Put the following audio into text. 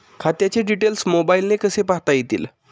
खात्याचे डिटेल्स मोबाईलने कसे पाहता येतील?